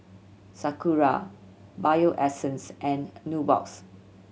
Sakura Bio Essence and Nubox